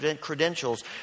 credentials